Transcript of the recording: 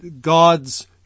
God's